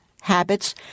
habits